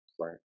Right